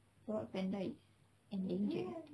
sebab panda is endangered